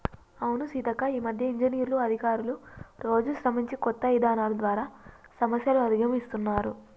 అవును సీతక్క ఈ మధ్య ఇంజనీర్లు అధికారులు రోజు శ్రమించి కొత్త ఇధానాలు ద్వారా సమస్యలు అధిగమిస్తున్నారు